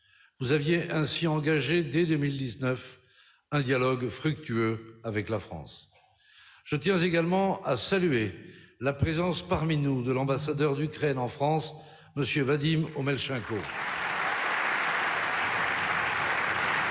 Vous aviez ainsi engagé, dès 2019, un dialogue fructueux avec la France. Je tiens également à saluer la présence parmi nous de l'ambassadeur d'Ukraine en France, M. Vadym Omelchenko. Depuis